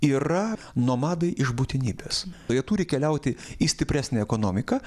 yra nomadai iš būtinybės jie turi keliauti į stipresnę ekonomiką